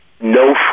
No